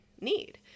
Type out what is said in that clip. need